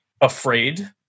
afraid